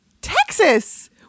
Texas